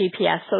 GPS